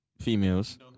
females